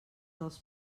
dels